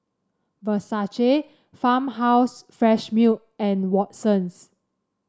Versace Farmhouse Fresh Milk and Watsons